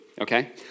okay